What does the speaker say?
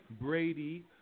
Brady